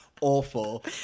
awful